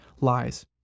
lies